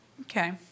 Okay